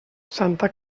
santa